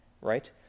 right